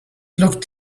looked